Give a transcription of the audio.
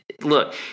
look